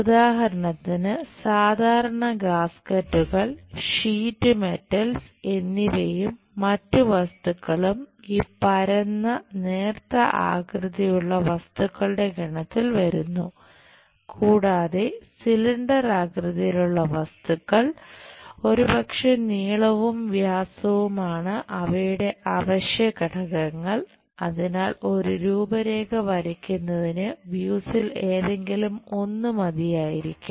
ഉദാഹരണത്തിന് സാധാരണ ഗാസ്കറ്റുകൾ ഏതെങ്കിലും ഒന്ന് മതിയായതായിരിക്കാം